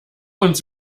uns